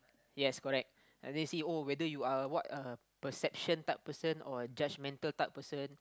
yes correct they see oh whether you are what uh perception type of person or judgmental type of person